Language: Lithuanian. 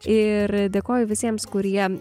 ir dėkoju visiems kurie